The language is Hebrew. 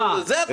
זה הבלבול.